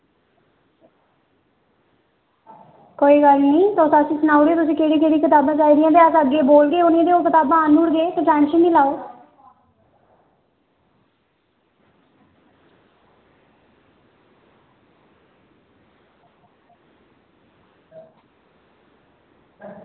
कोई गल्ल निं तुस असें ई सनाई ओड़ेओ कि तुसें केह्ड़ियां केह्ड़ियां कताबां चाही दियां ते अस अग्गें बोलगे उनेंगी ते ओह् कताबां अग्गें आह्न्नी ओड़गे तुस टैंशन निं लैओ